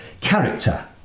character